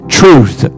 truth